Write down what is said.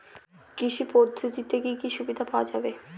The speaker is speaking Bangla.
কৃষি পদ্ধতিতে কি কি সুবিধা পাওয়া যাবে?